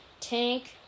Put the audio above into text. Tank